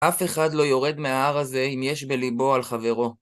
אף אחד לא יורד מההר הזה אם יש בליבו על חברו.